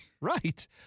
Right